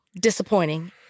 disappointing